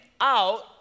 out